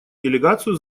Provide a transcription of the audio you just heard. делегацию